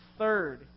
third